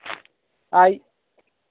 आईये